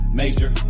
major